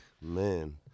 man